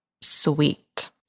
sweet